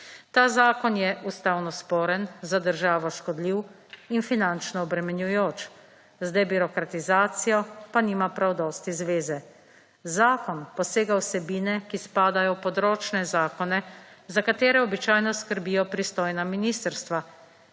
Ta zakon je ustavno sporen, za državo škodljiv in finančno obremenjujoč. Z debirokratizacijo pa nima prav dosti zveze. Zakon posega v vsebine, ki spadajo v področne zakone, za kater običajno skrbijo pristojna ministrstva